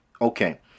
Okay